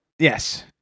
Yes